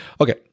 Okay